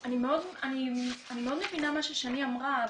אני מאוד מבינה מה ששני אמרה,